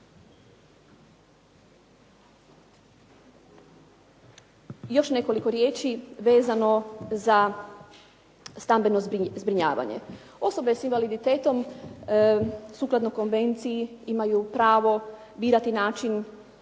Još nekoliko riječi vezano za stambeno zbrinjavanje. Osobe s invaliditetom sukladno konvenciji imaju pravo birati način